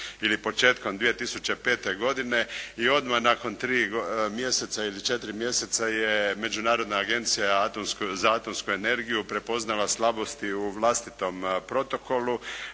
ili početkom 2005. godine i odmah nakon 3 mjeseca ili 4 mjeseca je Međunarodna agencija za atomsku energiju prepoznala slabosti u vlastitom protokolu,